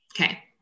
Okay